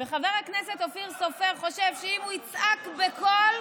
וחבר הכנסת אופיר סופר חושב שאם הוא יצעק בקול,